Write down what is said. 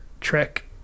trick